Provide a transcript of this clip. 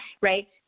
right